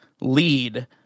lead